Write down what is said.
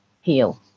heal